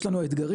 יש לנו אתגרים.